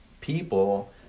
people